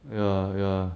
ya ya